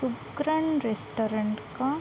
Sugran restaurant का